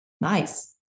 Nice